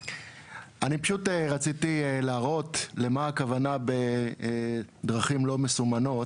רציתי להראות למה הכוונה בדרכים לא מסומנות.